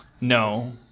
No